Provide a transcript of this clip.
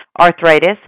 arthritis